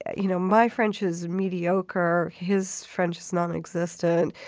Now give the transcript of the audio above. you know my french is mediocre. his french is nonexistent.